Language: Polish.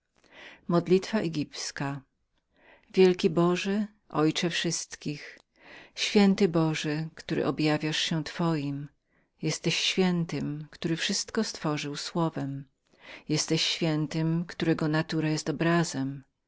następującą modlitwę wielki boże ojcze wszystkich święty boże który objawiasz się twoim jesteś świętym który wszystko stworzył słowem jesteś świętym którego natura jest obrazem